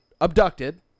abducted